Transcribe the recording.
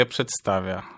Przedstawia